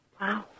Wow